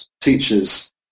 teachers